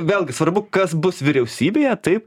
vėlgi svarbu kas bus vyriausybėje taip